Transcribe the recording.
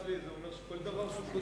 זה אומר שכל דבר שהוא כותב,